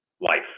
life